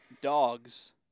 dogs